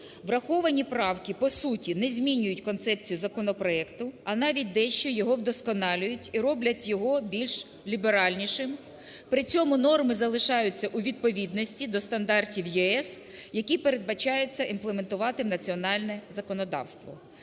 Враховані правки по суті не змінюють концепцію законопроекту, а навіть дещо його вдосконалюють і роблять його більш ліберальнішим. При цьому норми залишаються у відповідності до стандартів ЄС, які передбачається імплементувати в національне законодавство.